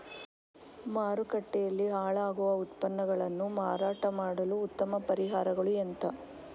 ಮಾರುಕಟ್ಟೆಯಲ್ಲಿ ಹಾಳಾಗುವ ಉತ್ಪನ್ನಗಳನ್ನು ಮಾರಾಟ ಮಾಡಲು ಉತ್ತಮ ಪರಿಹಾರಗಳು ಎಂತ?